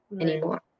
anymore